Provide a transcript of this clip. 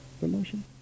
promotion